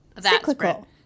Cyclical